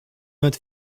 not